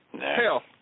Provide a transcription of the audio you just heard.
Hell